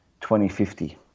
2050